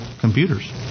computers